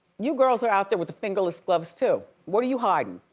you girls are out there with the fingerless gloves too, what are you hiding?